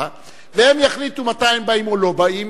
והם יחליטו מתי הם באים ומתי לא באים,